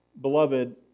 Beloved